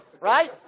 right